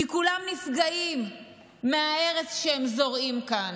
כי כולם נפגעים מההרס שהם זורעים כאן,